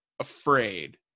afraid